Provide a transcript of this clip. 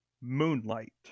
Moonlight